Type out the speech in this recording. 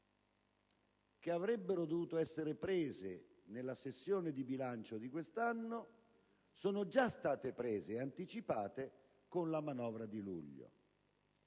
che avrebbero dovuto essere prese nella sessione di bilancio di quest'anno sono già state prese e anticipate con la manovra di luglio.